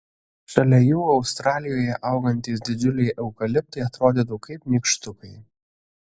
šalia jų australijoje augantys didžiuliai eukaliptai atrodytų kaip nykštukai